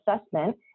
assessment